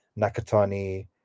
Nakatani